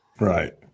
Right